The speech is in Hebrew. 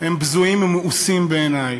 הם בזויים ומאוסים בעיני.